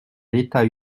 l’état